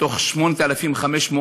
מתוך 8,500,